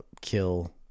kill